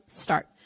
start